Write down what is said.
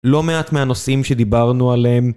לא מעט מהנושאים שדיברנו עליהם